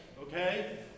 okay